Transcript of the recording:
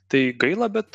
tai gaila bet